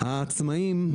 העצמאים,